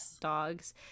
dogs